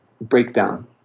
breakdown